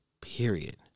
period